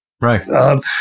Right